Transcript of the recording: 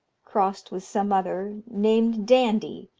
crossed with some other, named dandie,